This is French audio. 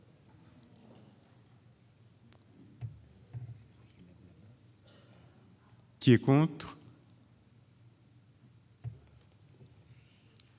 qui est contre